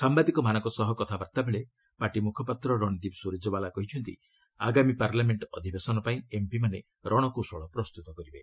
ସାମ୍ବାଦିକମାନଙ୍କ ସହ କଥାବାର୍ଭାବେଳେ ପାର୍ଟି ମୁଖପାତ୍ର ରଣଦୀପ୍ ସ୍ଟରଜେଓ୍ବାଲା କହିଛନ୍ତି ଆଗାମୀ ପାର୍ଲାମେଣ୍ଟ ଅଧିବେଶନ ପାଇଁ ଏମ୍ପିମାନେ ରଣକୌଶଳ ପ୍ରସ୍ତୁତ କରିବେ